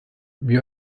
wir